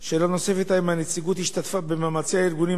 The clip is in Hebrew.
3. האם הנציגות השתתפה במאמצי הארגונים